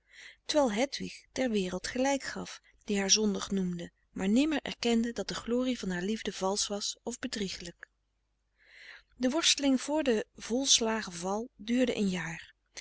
terwijl hedwig der wereld gelijk gaf die haar zondig noemde maar nimmer erkende dat de glorie van haar liefde valsch was of bedriegelijk de worsteling vr den volslagen val duurde een jaar